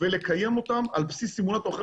ולקיים אותם על בסיס סימולטור.